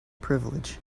privilege